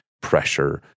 pressure